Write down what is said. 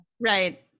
Right